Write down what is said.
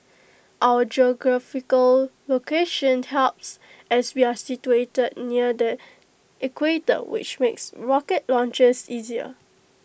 our geographical location helps as we are situated near the equator which makes rocket launches easier